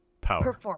Power